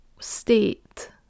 state